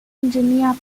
engineer